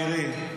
שנייה,